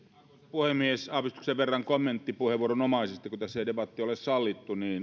puhemies aavistuksen verran kommenttipuheenvuoronomaisesti kun tässä ei debattia ole sallittu